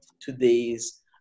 today's